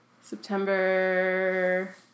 September